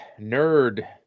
nerd